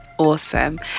Awesome